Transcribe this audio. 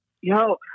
Yo